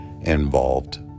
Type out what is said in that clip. involved